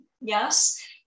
yes